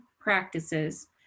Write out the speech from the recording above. practices